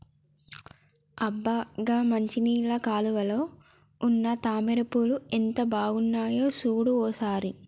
అబ్బ గా మంచినీళ్ళ కాలువలో ఉన్న తామర పూలు ఎంత బాగున్నాయో సూడు ఓ సారి